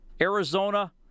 Arizona